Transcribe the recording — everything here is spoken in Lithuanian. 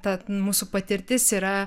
ta mūsų patirtis yra